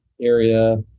area